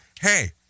hey